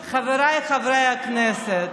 חבריי חברי הכנסת,